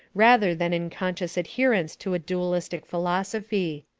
rather than in conscious adherence to a dualistic philosophy.